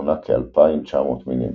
מונה כ-2900 מינים.